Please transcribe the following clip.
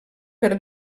per